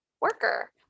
worker